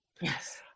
Yes